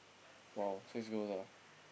!wow! six girls ah